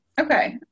Okay